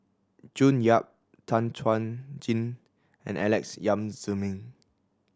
June Yap Tan Chuan Jin and Alex Yam Ziming